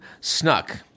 snuck